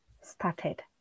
started